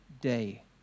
day